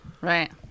Right